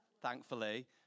thankfully